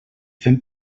fem